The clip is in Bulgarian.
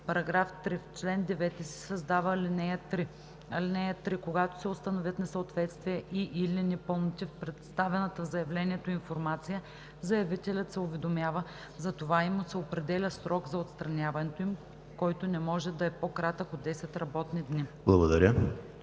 § 3: „§ 3. В чл. 9 се създава ал. 3: „(3) Когато се установят несъответствия и/или непълноти в представената в заявлението информация, заявителят се уведомява за това и му се определя срок за отстраняването им, който не може да е по-кратък от 10 работни дни.“